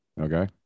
Okay